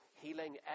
healing